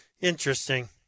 Interesting